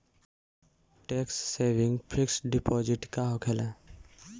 Tax saving fix deposit का होखे ला?